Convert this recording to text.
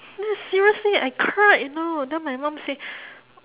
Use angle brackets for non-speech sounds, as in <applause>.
<noise> seriously I cried you know then my mom say